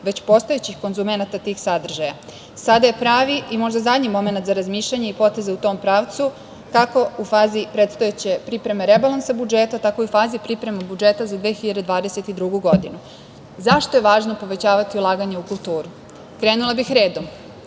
već postojećih konzumenata tih sadržaja. Sada je pravi i možda zadnji momenat za razmišljanje i poteze u tom pravcu kako u fazi predstojeće pripreme rebalansa budžeta, tako i u fazi pripreme budžeta za 2022. godinu.Zašto je važno povećavati ulaganje u kulturu? Krenula bih redom: